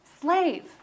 Slave